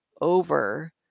over